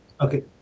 Okay